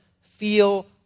feel